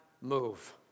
move